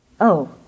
Oh